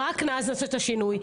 רק אז נעשה את השינוי,